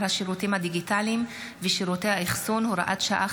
השירותים הדיגיטליים ושירותי האחסון (הוראת שעה,